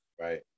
Right